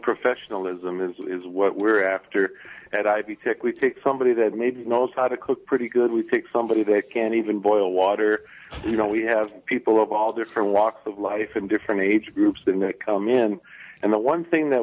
professionalism is what we're after and i'd be somebody that maybe knows how to cook pretty good we pick somebody that can even boil water you know we have people of all different walks of life and different age groups than it come in and the one thing that